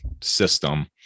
system